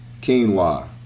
quinoa